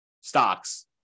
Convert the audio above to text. stocks